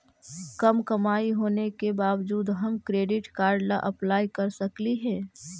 कम कमाई होने के बाबजूद हम क्रेडिट कार्ड ला अप्लाई कर सकली हे?